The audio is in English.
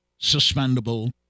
suspendable